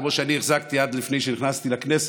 כפי שאני החזקתי עד שנכנסתי לכנסת: